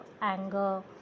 anger